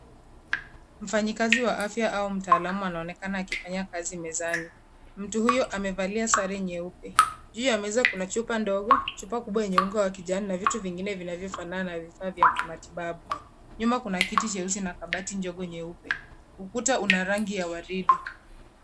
Mfanyikazi wa afya au mtaalamu anaonekana akifanya kazi mezani. Mtu huyo amevalia sare nyeupe. Juu ya meza kuna chupa ndogo, chupa kubwa yenye unga wa kijani na vitu vingine vinavyofanana na vifaa vya kimatibabu. Nyuma kuna kiti cheusi na kabati ndogo nyeupe. Ukuta una rangi ya waridi.